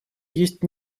есть